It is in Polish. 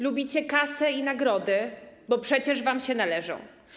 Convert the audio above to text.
Lubicie kasę i nagrody, bo przecież wam się należą.